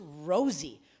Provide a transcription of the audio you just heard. Rosie